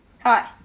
Hi